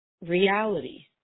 reality